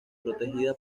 protegida